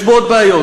יש בו עוד בעיות.